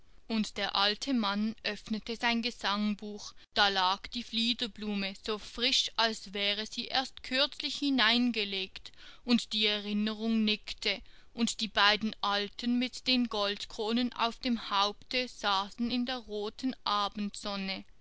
und der alte mann öffnete sein gesangbuch da lag die fliederblume so frisch als wäre sie erst kürzlich hineingelegt und die erinnerung nickte und die beiden alten mit den goldkronen auf dem haupte saßen in der roten abendsonne